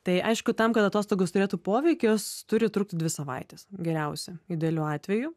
tai aišku tam kad atostogos turėtų poveikį jos turi trukti dvi savaites geriausia idealiu atveju